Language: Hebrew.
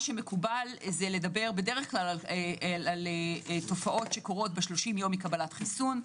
מקובל בדרך כלל לדבר על תופעות שקורות ב-30 יום מקבלת חיסון,